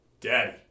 Daddy